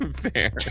fair